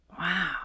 Wow